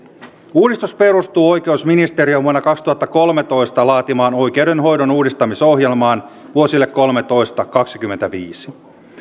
uudistus perustuu oikeusministeriön vuonna kaksituhattakolmetoista laatimaan oikeudenhoidon uudistamisohjelmaan vuosille kolmetoista viiva kaksikymmentäviisi